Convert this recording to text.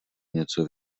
něco